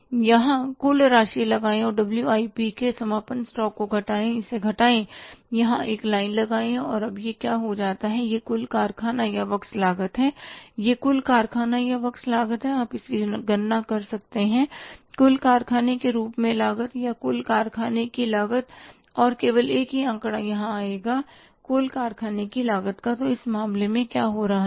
यहां कुल राशि दिखाएं और डब्ल्यू आई पी के समापन स्टॉक को घटाएं इसे घटाएं यहां एक लाइन लगाएं और अब यह क्या हो जाता है यह कुल कारखाना या वर्क्स लागत है यह कुल कारखाना या वर्क्स लागत है आप इसकी गणना कर सकते हैं कुल कारखाने के रूप में लागत या यह कुल कारखाने की लागत है और केवल एक ही आंकड़ा यहाँ आएगा कुल कारखाने की लागत है तो इस मामले में क्या हो रहा है